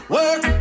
Work